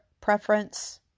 preference